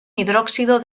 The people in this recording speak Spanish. hidróxido